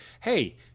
hey